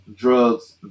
drugs